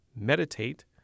meditate